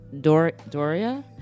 Doria